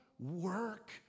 Work